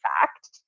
fact